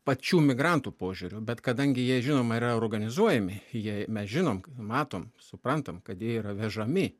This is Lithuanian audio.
pačių migrantų požiūriu bet kadangi jie žinoma yra organizuojami jie mes žinom matom suprantam kad jie yra vežami